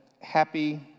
happy